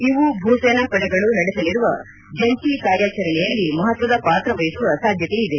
ಇವು ಭೂ ಸೇನಾ ಪಡೆಗಳು ನಡೆಸಲಿರುವ ಜಂಟ ಕಾರ್ಯಾಚರಣೆಯಲ್ಲಿ ಮಹತ್ವದ ಪಾತ್ರ ವಹಿಸುವ ಸಾಧ್ಯತೆಯಿದೆ